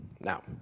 Now